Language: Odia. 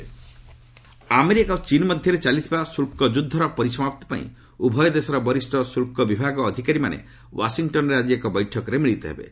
ଚାଇନା ୟୁଏସ୍ ଟକ୍ ଆମେରିକା ଓ ଚୀନ୍ ମଧ୍ୟରେ ଚାଲିଥିବା ଶୁଳ୍କ ଯୁଦ୍ଧର ପରିସମାପ୍ତି ପାଇଁ ଉଭୟ ଦେଶର ବରିଷ୍ଠ ଶୁଳ୍କ ବିଭାଗ ଅଧିକାରୀମାନେ ଓ୍ୱାଶିଟନରେ ଆଜି ଏକ ବୈଠକରେ ମିଳିତ ହେବେ